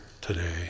today